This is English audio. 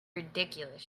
ridiculous